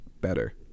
better